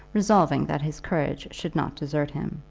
resolving that his courage should not desert him.